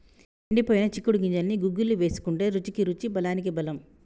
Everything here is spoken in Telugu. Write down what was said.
ఎండిపోయిన చిక్కుడు గింజల్ని గుగ్గిళ్లు వేసుకుంటే రుచికి రుచి బలానికి బలం